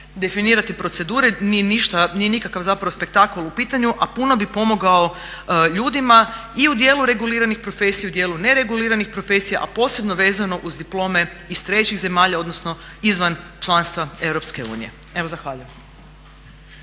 definirati procedure, nije nikakav zapravo spektakl u pitanju, a puno bi pomogao ljudima i u dijelu reguliranih profesija i u dijelu nereguliranih profesija, a posebno vezano uz diplome iz trećih zemalja, odnosno izvan članstva Europske unije. Evo zahvaljujem.